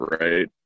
right